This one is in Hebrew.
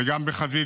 וגם בחזית